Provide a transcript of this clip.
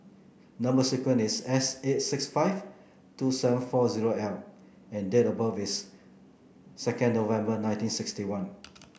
number sequence is S eight six five two seven four zero L and date of birth is second November nineteen sixty one